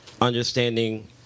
understanding